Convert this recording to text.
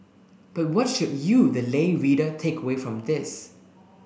but what should you the lay reader take away from this